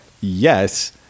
Yes